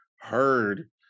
heard